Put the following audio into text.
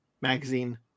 magazine